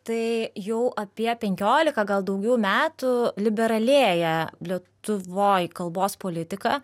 tai jau apie penkiolika gal daugiau metų liberalėja lietuvoj kalbos politika